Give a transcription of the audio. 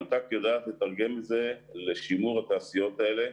מנת"ק יודעת לתרגם את זה לשימור התעשיות האלה,